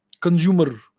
consumer